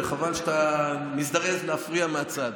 וחבל שאתה מזדרז להפריע מהצד.